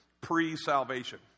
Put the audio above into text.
pre-salvation